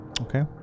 Okay